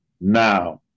now